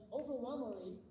overwhelmingly